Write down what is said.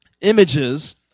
images